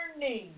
learning